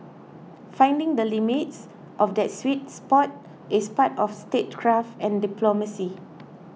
finding the limits of that sweet spot is part of statecraft and diplomacy